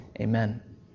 amen